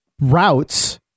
routes